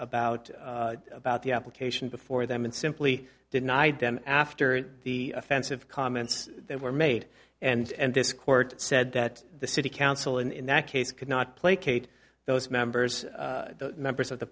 about about the application before them and simply denied them after the offensive comments that were made and this court said that the city council in that case could not placate those members members of the